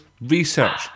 research